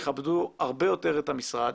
יכבדו הרבה יותר את המשרד,